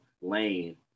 lane